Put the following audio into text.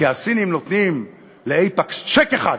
כי הסינים נותנים ל"אייפקס" צ'ק אחד,